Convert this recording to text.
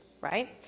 right